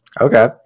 okay